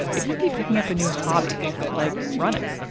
it could be picking up a new hobby, like running,